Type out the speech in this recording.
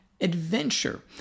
adventure